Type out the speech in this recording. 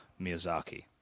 Miyazaki